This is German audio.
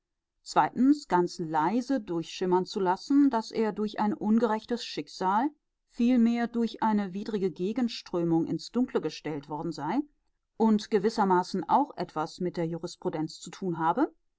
ganz leise durchschimmern zu lassen daß er durch ein ungerechtes schicksal vielmehr durch widrige gegenströmungen ins dunkle gestellt worden sei und gewissermaßen auch etwas mit der jurisprudenz zu tun habe